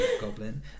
Goblin